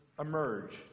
emerge